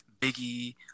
biggie